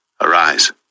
Arise